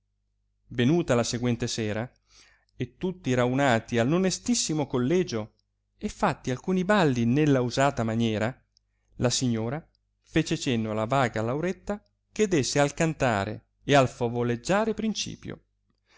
venuta la seguente sera e tutti raunati all'onestissimo collegio e fatti alcuni balli nella usata maniera la signora fece cenno alla vaga lauretta che desse al cantare e al favoleggiare principio